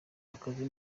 akazi